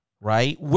right